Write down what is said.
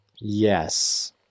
Yes